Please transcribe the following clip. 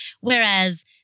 Whereas